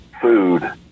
food